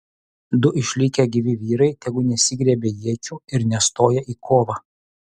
du išlikę gyvi vyrai tegu nesigriebia iečių ir nestoja į kovą